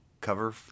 cover